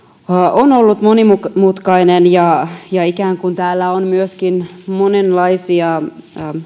on ollut monimutkainen ja ja täällä on myöskin ikään kuin monenlaisia